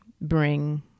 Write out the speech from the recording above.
bring